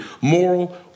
moral